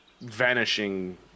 vanishing